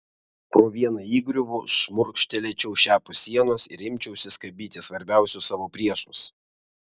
pro vieną įgriuvų šmurkštelėčiau šiapus sienos ir imčiausi skabyti svarbiausius savo priešus